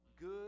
good